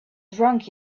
drunk